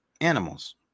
animals